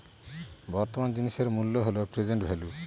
বর্তমান জিনিসের মূল্য হল প্রেসেন্ট ভেল্যু